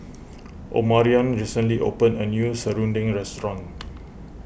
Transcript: Omarion recently opened a new Serunding restaurant